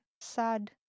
sad